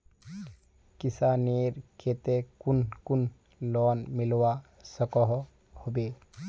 किसानेर केते कुन कुन लोन मिलवा सकोहो होबे?